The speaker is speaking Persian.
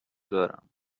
دارم